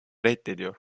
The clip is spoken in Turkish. reddediyor